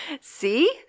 See